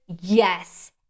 yes